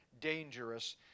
dangerous